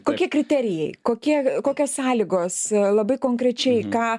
kokie kriterijai kokie kokios sąlygos labai konkrečiai ką